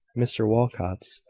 mr walcot's.